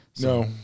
no